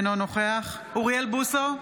אינו נוכח אוריאל בוסו,